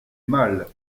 mal